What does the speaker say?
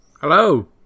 Hello